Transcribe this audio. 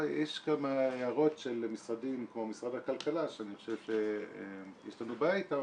יש כמה הערות של משרדים כמו משרד הכלכלה שאני חושב שיש לנו בעיה איתם,